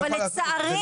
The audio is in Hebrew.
אבל לצערי,